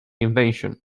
invention